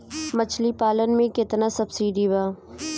मछली पालन मे केतना सबसिडी बा?